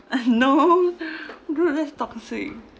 uh no gosh that's toxic